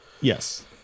Yes